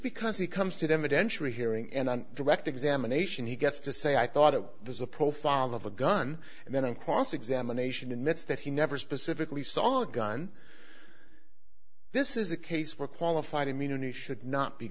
because he comes to them eventually hearing and on direct examination he gets to say i thought it was a profile of a gun and then on cross examination admits that he never specifically saw a gun this is a case where qualified immunity should not be